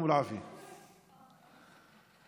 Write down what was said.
(אומר בערבית: